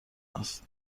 است